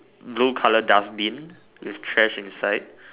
blue color dustbin with trash inside